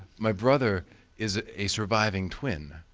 my brother is a surviving twin.